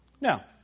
Now